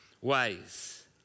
ways